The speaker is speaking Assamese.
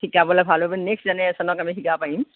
শিকাবলৈ ভাল হ'ব নেক্স জেনেৰেচনক আমি শিকাব পাৰিম